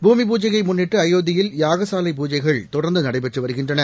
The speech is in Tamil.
பூமி பூஜையைமுன்னிட்டு அயோத்தியில் யாகசாலை பூஜைகள் தொடர்ந்துநடைபெற்றுவருகின்றன